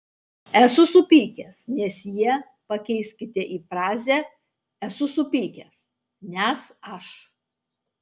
esu supykęs nes jie pakeiskite į frazę esu supykęs nes aš